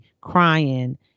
crying